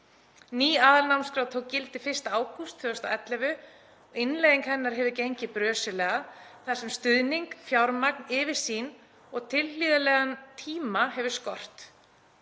Ný aðalnámskrá tók gildi 1. ágúst 2011. Innleiðing hennar hefur gengið brösuglega þar sem stuðning, fjármagn, yfirsýn og tilhlýðilegan tíma hefur skort.